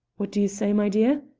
what do you say, my dear?